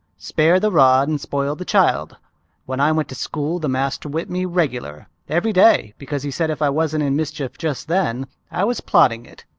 spare the rod and spoil the child when i went to school the master whipped me regular every day because he said if i wasn't in mischief just then i was plotting it.